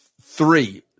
three